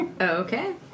Okay